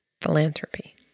philanthropy